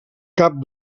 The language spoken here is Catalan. cap